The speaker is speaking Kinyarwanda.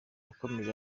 yakomeje